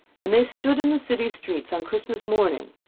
and they stood in the city streets on christmas morning,